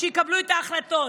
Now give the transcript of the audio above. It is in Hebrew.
שיקבלו את ההחלטות.